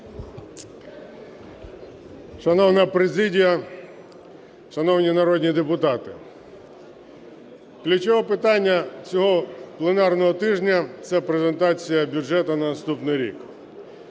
Шановна президія, шановні народні депутати! Ключове питання цього пленарного тижня – це презентація бюджету на наступний рік.